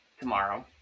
tomorrow